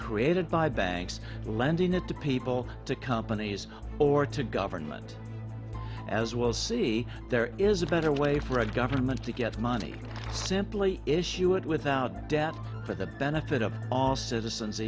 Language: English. created by banks lending it to people to companies or to government as well see there is a better way for a government to get money simply issue it without debt for the benefit of all citizens